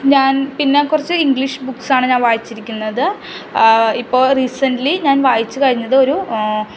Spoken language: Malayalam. ഞാൻ പിന്നെ കുറച്ച് ഇംഗ്ലീഷ് ബുക്ക്സാണ് ഞാൻ വായിച്ചിരിക്കുന്നത് ഇപ്പോൾ റീസെൻ്റ്ലി ഞാൻ വായിച്ച് കഴിഞ്ഞത് ഒരു